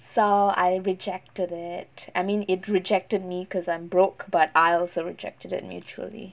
so I rejected it I mean it rejected me because I'm broke but I also rejected it mutually